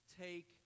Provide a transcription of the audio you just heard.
take